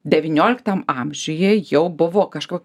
devynioliktam amžiuje jau buvo kažko